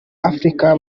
africa